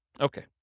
Okay